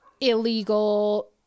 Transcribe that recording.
illegal